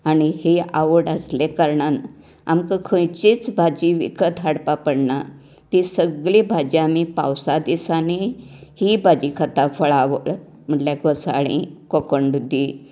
आनी ही आवड आसल्या कारणान आमकां खंयचीच भाजी विकत हाडपाक पडना ती सगळीं भाजी आमी पावसां दिसांनी ही भाजी खाता फळावळ म्हळ्यार घोसांळीं कोकण दुदी